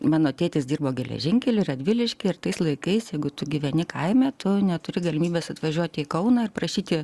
mano tėtis dirbo geležinkelyje radviliškyje ir tais laikais jeigu tu gyveni kaime tu neturi galimybės atvažiuoti į kauną ar prašyti